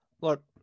Look